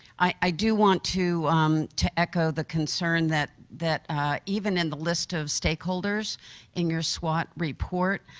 i do want to um to echo the concern that that even in the list of stakeholders in your swot report,